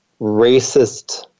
racist